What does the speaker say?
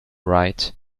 write